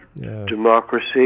democracy